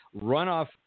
runoff